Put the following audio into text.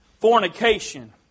fornication